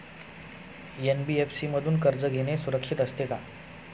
NBFC मधून कर्ज घेणे सुरक्षित असते का?